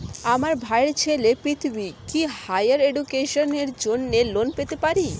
আমার ভাইয়ের ছেলে পৃথ্বী, কি হাইয়ার এডুকেশনের জন্য লোন পেতে পারে?